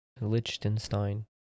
Liechtenstein